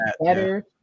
better